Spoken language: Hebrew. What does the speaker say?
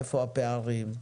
איפה הפערים,